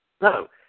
No